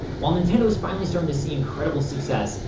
while nintendo was finally starting to see incredible success,